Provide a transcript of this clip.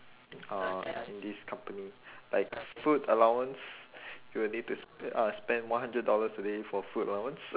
uh in this company like food allowance you need to s~ uh spend one hundred dollars a day for food allowance